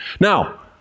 Now